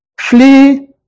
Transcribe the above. Flee